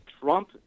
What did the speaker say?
Trump